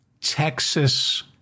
Texas